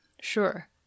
Sure